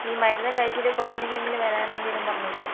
ഈ മരുന്ന് കഴിച്ചിട്ട് കുറഞ്ഞില്ലെങ്കിൽ വരാനെന്തെങ്കിലും പറഞ്ഞിരുന്നോ